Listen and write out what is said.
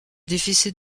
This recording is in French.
déficit